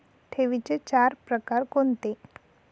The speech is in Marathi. ठेवींचे चार प्रकार कोणते?